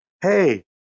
hey